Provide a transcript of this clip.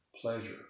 pleasure